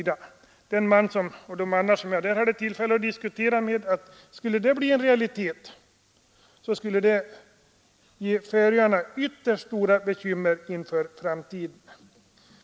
De färöingar jag hade tillfälle att diskutera med sade att om detta skulle bli en realitet, så skulle det ge Färöarna mycket stora bekymmer för framtiden.